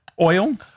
oil